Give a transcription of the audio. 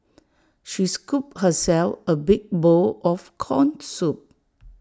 she scooped herself A big bowl of Corn Soup